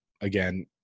again